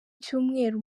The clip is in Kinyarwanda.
cyumweru